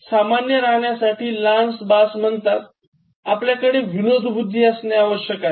सामान्य राहण्यासाठी Lance Bass म्हणतात आपल्याकडे विनोदबुद्धी असणे आवश्यक आहे